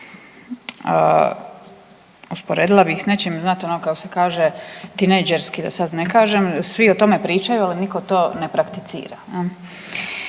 Usporedila bih s nečim, znate ono kako se kaže, tinejdžerski, da sad ne kažem, svi o tome pričaju, ali nitko to ne prakticira.